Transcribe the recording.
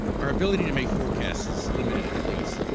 our ability to make forecasts is limited, at least.